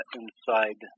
inside